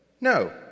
No